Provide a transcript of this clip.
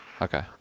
Okay